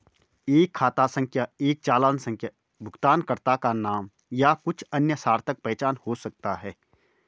एक खाता संख्या एक चालान संख्या भुगतानकर्ता का नाम या कुछ अन्य सार्थक पहचान हो सकता है